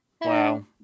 Wow